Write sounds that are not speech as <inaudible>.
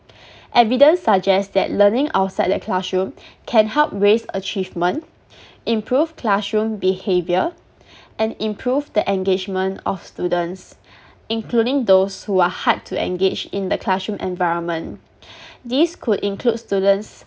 <breath> evidence suggests that learning outside the classroom can help raise achievement improve classroom behaviour and improve the engagement of students including those who are hard to engage in the classroom environment <breath> these could include students